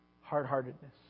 hard-heartedness